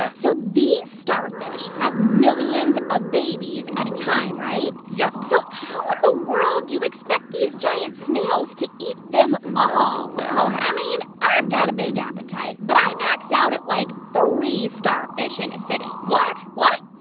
ah so these starfish have millions of babies at a time, right? yup so how in the world do you expect these giant snails to eat them all? well. i mean, i've got a big appetite. but i max out at, like, three starfish in a sitting what? what?